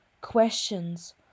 Questions